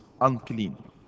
unclean